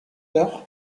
deocʼh